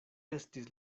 estis